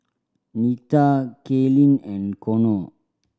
Nita Kaylynn and Konnor